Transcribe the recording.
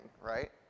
right